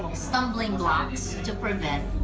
stumbling blocks to prevent.